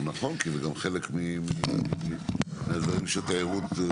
נכון כי זה גם חלק מהסדרים של תיירות.